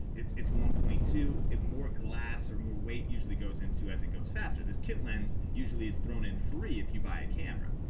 it's it's one point two, it more glass or more weight usually goes into as it goes faster. this kit lens usually is thrown in free if you buy a camera.